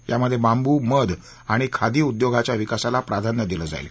यामधे बांबू मध आणि खादी उद्योगाच्या विकासाला प्राधान्य दिलं जाईल